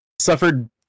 suffered